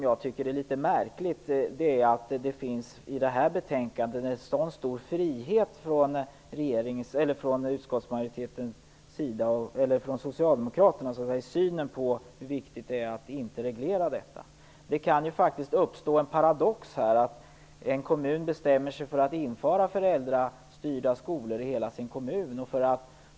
Jag tycker att det är litet märkligt att det i betänkandet finns en sådan stor frihet från Socialdemokraternas sida i synen på hur viktigt det är att inte reglera detta. Det kan faktiskt uppstå en paradox här. En kommun kan bestämma sig för att införa föräldrastyrda skolor i hela kommunen.